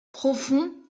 profond